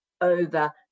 over